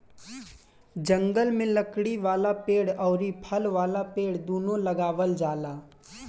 जंगल में लकड़ी वाला पेड़ अउरी फल वाला पेड़ दूनो लगावल जाला